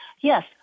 yes